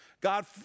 God